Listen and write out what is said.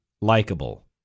likable